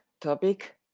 topic